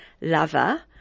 lover